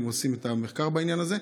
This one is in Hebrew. והם עושים את המחקר בעניין הזה,